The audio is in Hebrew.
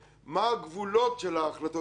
מה הגבולות של ההחלטות האלה,